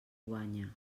guanya